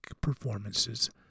performances